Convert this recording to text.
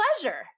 pleasure